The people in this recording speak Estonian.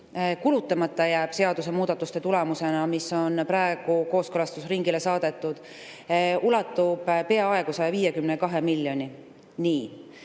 kulutamata jääb nende seadusemuudatuste tulemusena, mis on praegu kooskõlastusringile saadetud, ulatub peaaegu 152 miljoni